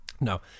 No